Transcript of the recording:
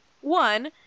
one